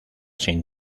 sin